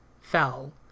fell